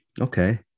okay